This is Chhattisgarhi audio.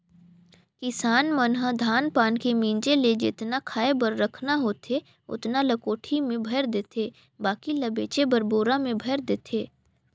किसान मन ह धान पान के मिंजे ले जेतना खाय बर रखना होथे ओतना ल कोठी में भयर देथे बाकी ल बेचे बर बोरा में भयर देथे